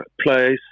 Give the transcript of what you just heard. place